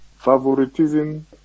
favoritism